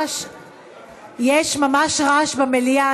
יש ממש רעש במליאה.